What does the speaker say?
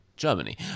germany